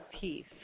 Peace